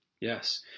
Yes